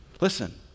Listen